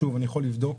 שוב, אני יכול לבדוק